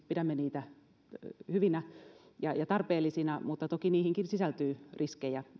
pidämme näitä alueellisia sääntelyeroja hyvinä ja ja tarpeellisina mutta toki niihinkin sisältyy riskejä